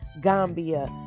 gambia